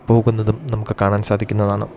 പോകുന്നതും നമുക്ക് കാണാൻ സാധിക്കുന്നതാണ്